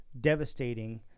devastating